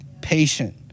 patient